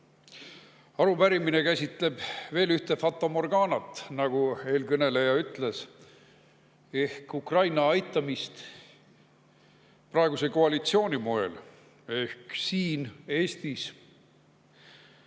Arupärimine käsitleb veel ühte fatamorgaanat, nagu eelkõneleja ütles, ehk Ukraina aitamist praeguse koalitsiooni moel ehk siin Eestis